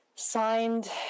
signed